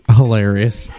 hilarious